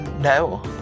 No